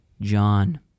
John